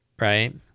right